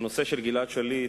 נושא גלעד שליט,